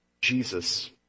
Jesus